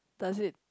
does it